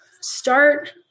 start